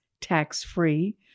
tax-free